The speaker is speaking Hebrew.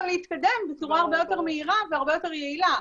להתקדם בצורה הרבה יותר מהירה והרבה יותר יעילה.